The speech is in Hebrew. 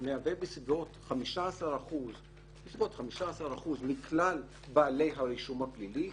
הוא כ-15% מכלל בעלי הרישום הפלילי,